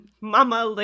Mama